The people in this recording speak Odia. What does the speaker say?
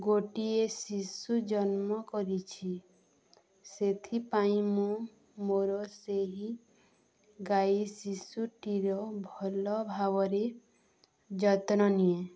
ଗୋଟିଏ ଶିଶୁ ଜନ୍ମ କରିଛି ସେଥିପାଇଁ ମୁଁ ମୋର ସେହି ଗାଈ ଶିଶୁଟିର ଭଲ ଭାବରେ ଯତ୍ନ ନିଏ